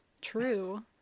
true